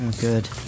Good